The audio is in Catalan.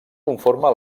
conforma